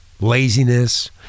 laziness